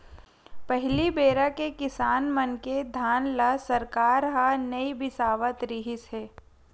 पहली बेरा के किसान मन के धान ल सरकार ह नइ बिसावत रिहिस हे